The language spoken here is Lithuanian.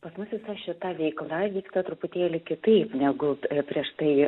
pas mus visa šita veikla vyksta truputėlį kitaip negu prieš tai